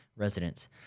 residents